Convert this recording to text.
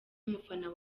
umufana